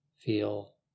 Feel